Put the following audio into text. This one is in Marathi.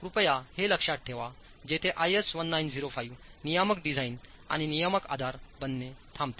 तर कृपया हे लक्षात ठेवा जेथे आयएस 1905 नियामक डिझाइन आणि नियामक आधार बनणे थांबवते